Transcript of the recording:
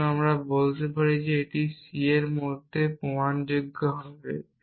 সুতরাং আমরা বলতে পারি এটি c এর মধ্যে প্রমাণযোগ্য হবে